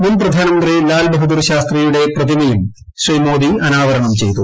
മുൻ പ്രധാനമന്ത്രി ലാൽബഹദൂർ ശാസ്ത്രിയുടെ പ്രതിമയും ശ്രീ മോദി അനാവരണം ചെയ്തു